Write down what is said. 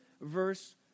verse